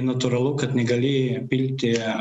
natūralu kad negali pilti